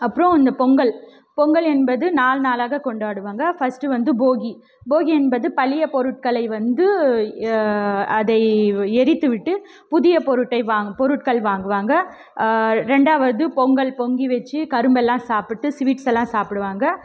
அப்புறம் இந்த பொங்கல் பொங்கல் என்பது நாலு நாளாக கொண்டாடுவாங்க ஃபர்ஸ்ட்டு வந்து போகி போகி என்பது பழைய பொருட்களை வந்து அதை எரித்துவிட்டு புதிய பொருட்டை வா பொருட்கள் வாங்குவாங்க ரெண்டாவது பொங்கல் பொங்க வச்சு கரும்பெல்லாம் சாப்பிட்டு ஸ்வீட்ஸ்ஸெல்லாம் சாப்பிடுவாங்க